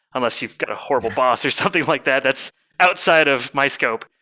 unless you've got a horrible boss or something like that. that's outside of my scope.